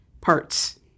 parts